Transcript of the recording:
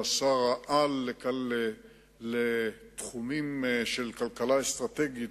או שר-העל לתחומים של כלכלה אסטרטגית,